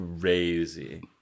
crazy